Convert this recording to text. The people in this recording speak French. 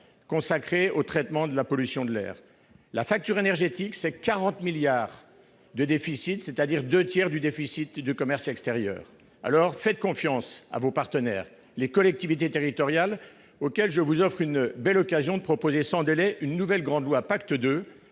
conséquences de la pollution de l'air. Notre facture énergétique- 40 milliards d'euros -pèse pour plus des deux tiers du déficit de notre commerce extérieur. Alors, faites confiance à vos partenaires, les collectivités territoriales, auxquelles je vous offre une belle occasion de proposer sans délai une nouvelle grande loi Pacte II,